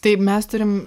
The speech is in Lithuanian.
tai mes turim